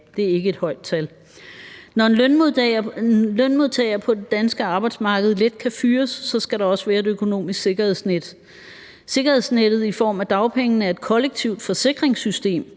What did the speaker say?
det er ikke et højt tal. Når en lønmodtager på det danske arbejdsmarked let kan fyres, skal der også være et økonomisk sikkerhedsnet. Sikkerhedsnettet i form af dagpengene er et kollektivt forsikringssystem,